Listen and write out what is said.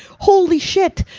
holy shit!